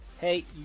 Hey